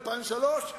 ב-2003,